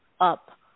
up